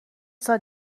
سال